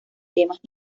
temas